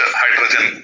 hydrogen